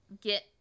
get